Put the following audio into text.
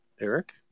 Eric